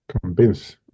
convince